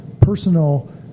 personal